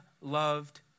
loved